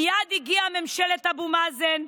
מייד הגיעה ממשלת אבו מאזן,